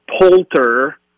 Poulter